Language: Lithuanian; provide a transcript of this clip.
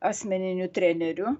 asmeniniu treneriu